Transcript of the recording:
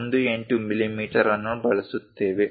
me ಅನ್ನು ಬಳಸುತ್ತೇವೆ